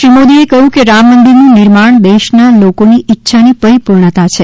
શ્રી મોદીએ કહ્યું કે રામ મંદિરનું નિર્માણ દેશના લોકોની ઇચ્છાની પરિપૂર્ણતા છે